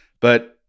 But-